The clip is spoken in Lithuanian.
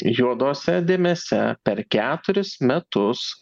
juodose dėmėse per keturis metus